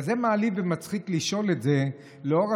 כזה מעליב ומצחיק לשאול את זה לנוכח